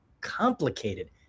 complicated